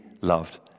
loved